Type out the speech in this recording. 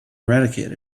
eradicated